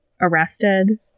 arrested